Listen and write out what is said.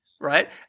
right